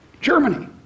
Germany